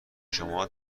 شما